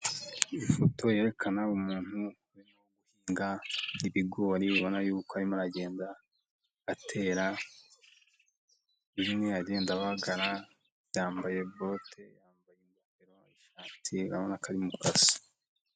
Ifoto yerekana umuntu uhinga ibigori, ubona yuko arimo agenda atera kimwe, agenda abagara ,yambaye bote yambaye ingofero, ishati, ubona ko ari mu kazi.